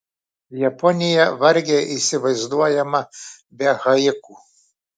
japonija vargiai įsivaizduojama be haiku